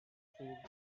food